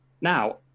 Now